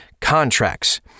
contracts